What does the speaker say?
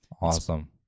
Awesome